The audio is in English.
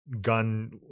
gun